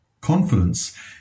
Confidence